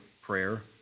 prayer